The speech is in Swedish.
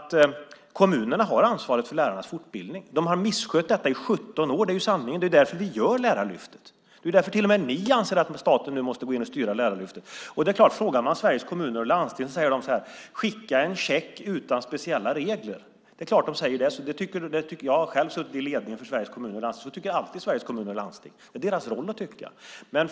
Kommunerna har ansvaret för lärarnas fortbildning. De har misskött detta i 17 år. Det är ju sanningen. Det är därför vi genomför Lärarlyftet. Det är därför som till och med ni anser att staten nu måste gå in och styra Lärarlyftet. Det är klart, frågar man Sveriges Kommuner och Landsting säger de: Skicka en check utan speciella regler. Det är klart att de säger det. Jag har själv suttit i ledningen för Sveriges Kommuner och Landsting. Så tycker alltid Sveriges Kommuner och Landsting. Det är deras roll att tycka så.